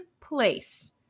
place